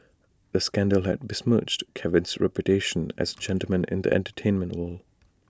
the scandal had besmirched Kevin's reputation as gentleman in the entertainment world